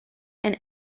and